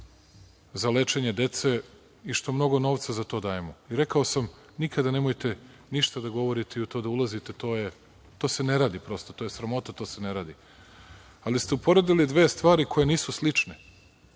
za lečenje dece i što mnogo novca za to dajemo i rekao sam nikada nemojte ništa da govorite i u to da ulazite, jer to se ne radi, prosto, to je sramota, to se ne radi, ali ste uporedili dve stvari koje nisu slične